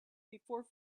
before